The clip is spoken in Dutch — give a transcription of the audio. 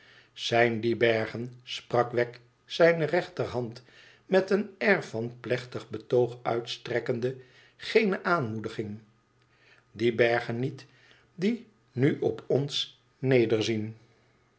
zijn die bergen sprak wegg zijne rechterhand met een air yan plechtig betoog uitstrekkende geene aanmoediging die bergen niet die nu op ons